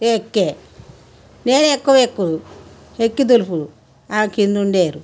ఎక్కేది నేను ఎక్కు ఎక్కు ఎక్కి దులుపు కింద ఉంది ఏరు